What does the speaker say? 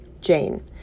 Jane